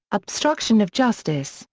obstruction of justice,